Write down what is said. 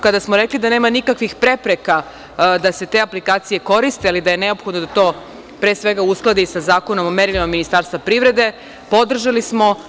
Kada smo rekli da nema nikakvih prepreka da se te aplikacije koriste, ali da je neophodno da to, pre svega, uskladi sa zakonom o merilima Ministarstva privrede, podržali smo.